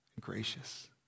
gracious